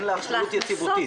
אין לה אחריות יציבותית.